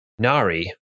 Nari